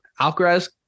alcaraz